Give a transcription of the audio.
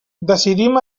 decidim